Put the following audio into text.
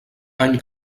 any